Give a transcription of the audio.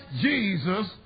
Jesus